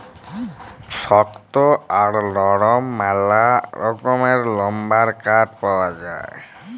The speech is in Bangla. শক্ত আর লরম ম্যালা রকমের লাম্বার কাঠ পাউয়া যায়